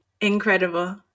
Incredible